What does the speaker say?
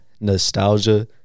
nostalgia